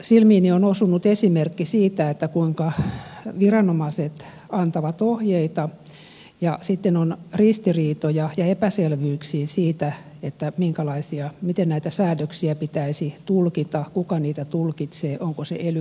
silmiini on osunut esimerkki siitä että viranomaiset antavat ohjeita ja sitten on ristiriitoja ja epäselvyyksiä siitä miten näitä säädöksiä pitäisi tulkita kuka niitä tulkitsee onko se ely keskus vai evira